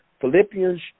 Philippians